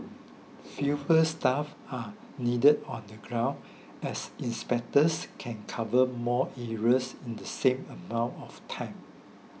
fewer staff are needed on the ground as inspectors can cover more areas in the same amount of time